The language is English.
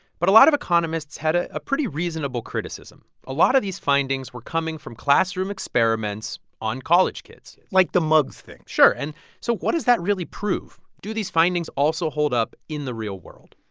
but a lot of economists had ah a pretty reasonable criticism. a lot of these findings were coming from classroom experiments on college kids like the mugs thing sure. and so what does that really prove? do these findings also hold up in the real world?